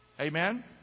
Amen